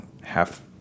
half